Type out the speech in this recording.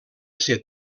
ésser